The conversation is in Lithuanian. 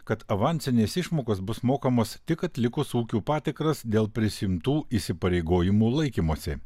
kad avansinės išmokos bus mokamos tik atlikus ūkių patikras dėl prisiimtų įsipareigojimų laikymosi